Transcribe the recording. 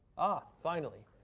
ah, finally.